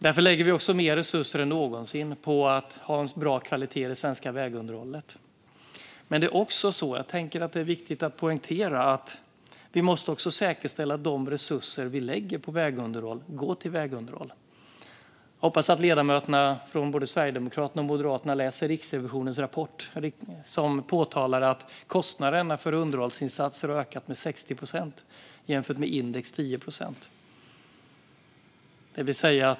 Därför lägger vi också mer resurser än någonsin på att ha en bra kvalitet i det svenska vägunderhållet. Men jag tänker att det är viktigt att poängtera att vi också måste säkerställa att de resurser vi lägger på vägunderhåll faktiskt går till vägunderhåll. Jag hoppas att ledamöterna från både Sverigedemokraterna och Moderaterna läser Riksrevisionens rapport. Där påtalas att kostnaderna för underhållsinsatser har ökat med 60 procent jämfört med index på 10 procent.